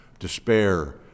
despair